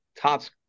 tops